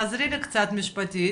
תעזרי לי קצת משפטית,